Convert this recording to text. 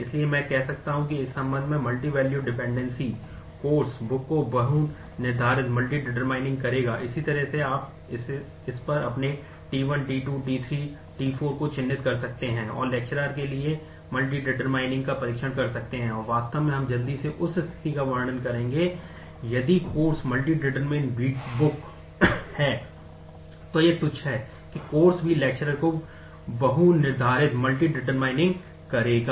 इसलिए मैं कह सकता हूँ कि इस संबंध में मल्टीवैल्यूड डिपेंडेंसी करेगा